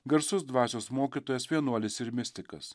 garsus dvasios mokytojas vienuolis ir mistikas